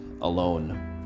alone